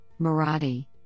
Marathi